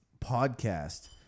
podcast